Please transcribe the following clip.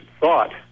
thought